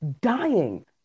dying